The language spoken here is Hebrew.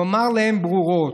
נאמר להם ברורות: